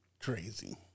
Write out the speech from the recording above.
crazy